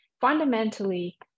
Fundamentally